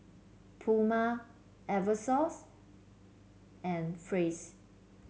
Puma Eversoft and Praise